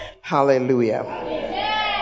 Hallelujah